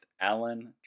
Alan